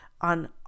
on